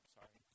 Sorry